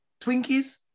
Twinkies